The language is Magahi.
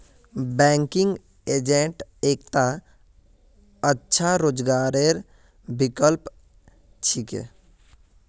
बैंकिंग एजेंट एकता अच्छा रोजगारेर विकल्प छिके